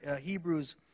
Hebrews